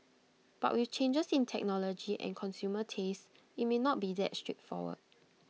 but with changes in technology and consumer tastes IT may not be that straightforward